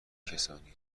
کسانی